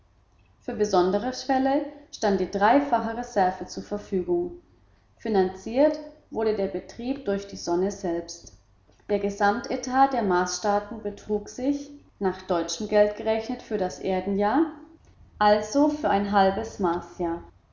für besondere fälle stand eine dreifache reserve zur verfügung finanziert wurde der betrieb durch die sonne selbst der gesamtetat der marsstaaten betrug nach deutschem geld gerechnet für das erdenjahr also für ein halbes marsjahr